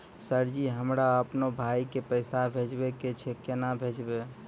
Sir ji हमरा अपनो भाई के पैसा भेजबे के छै, केना भेजबे?